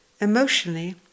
Emotionally